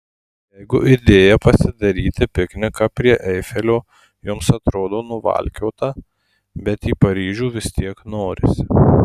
jeigu idėja pasidaryti pikniką prie eifelio jums atrodo nuvalkiota bet į paryžių vis tiek norisi